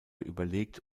überlegt